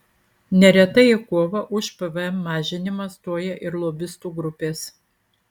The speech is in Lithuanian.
neretai į kovą už pvm mažinimą stoja ir lobistų grupės